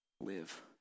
live